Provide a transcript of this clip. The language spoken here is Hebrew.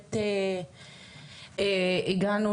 בהחלט הגענו